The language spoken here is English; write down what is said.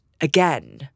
again